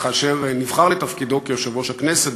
וכאשר נבחר לתפקיד יושב-ראש הכנסת,